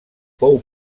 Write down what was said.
fou